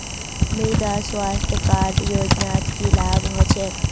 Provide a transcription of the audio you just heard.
मृदा स्वास्थ्य कार्ड योजनात की लाभ ह छेक